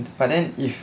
but then if